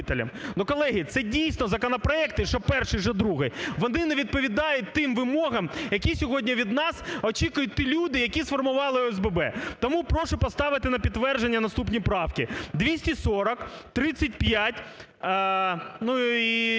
Колеги, це дійсно законопроекти, що перший, що другий, вони не відповідають тим вимогам, які сьогодні від нас очікують ті люди, які сформували ОСББ. Тому прошу поставити на підтвердження наступні правки: